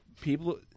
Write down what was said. people